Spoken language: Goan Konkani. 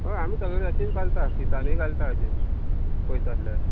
हय आमी सगळे अशीच घालता दिसांनी घालता अशी पयस आसल्यार